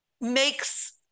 makes